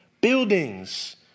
Buildings